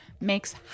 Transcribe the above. makes